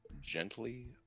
gently